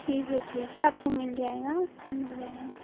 ठीक है ठीक है आपको मिल जाएगा सब मिल जाएगा